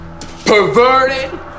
perverted